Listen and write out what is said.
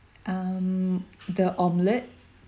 um the omelet